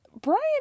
Brian